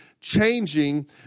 changing